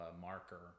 marker